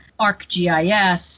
ArcGIS